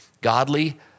godly